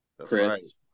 Chris